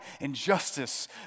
injustice